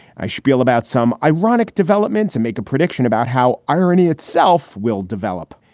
i spiel about some ironic developments and make a prediction about how irony itself will develop.